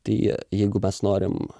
tai jeigu mes norim